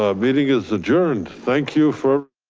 ah meeting is adjourned. thank you for.